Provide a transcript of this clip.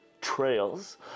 trails